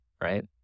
right